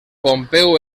pompeu